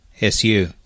SU